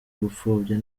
gupfobya